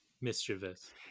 mischievous